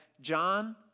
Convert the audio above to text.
John